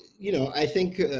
you know, i think,